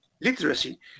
literacy